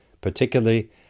particularly